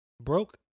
Broke